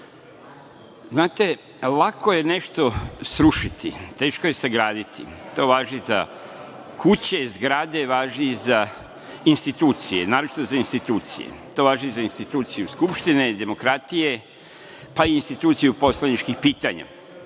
lako je nešto srušiti, teško je sagraditi. To važi za kuće i zgrade, važi i za institucije, naročito za institucije, to važi i za instituciju Skupštine i demokratije, pa i instituciju poslaničkih pitanja,